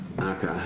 Okay